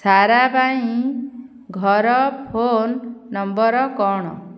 ସାରା ପାଇଁ ଘର phone number କ'ଣ